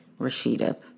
Rashida